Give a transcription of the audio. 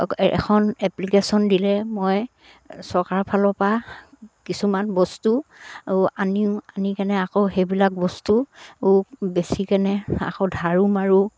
এখন এপ্লিকেশ্যন দিলে মই চৰকাৰ ফালৰ পৰা কিছুমান বস্তু আনিও আনি কেনে আকৌ সেইবিলাক বস্তু বেছিকেনে আকৌ ধাৰো মাৰোঁ